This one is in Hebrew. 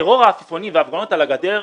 טרור העפיפונים וההפגנות על הגדר,